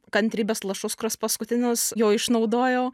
kantrybės lašus kuriuos paskutinius jau išnaudojau